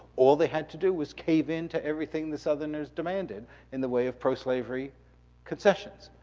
all they had to do was cave in to everything the southerners demanded in the way of proslavery concessions.